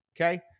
Okay